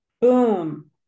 Boom